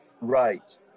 Right